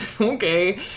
okay